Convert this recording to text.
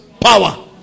power